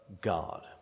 God